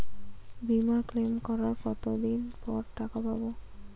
বিমা ক্লেম করার কতদিন পর টাকা পাব?